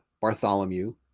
Bartholomew